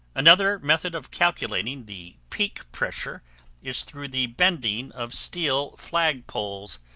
another method of calculating the peak-pressure is through the bending of steel flagpoles,